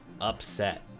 upset